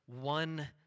one